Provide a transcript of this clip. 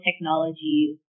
technologies